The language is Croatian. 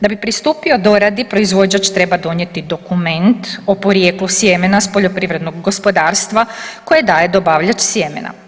Da bi pristupio doradi proizvođač treba donijeti dokument o porijeklu sjemena s poljoprivrednog gospodarstva koje daje dobavljač sjemena.